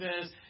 says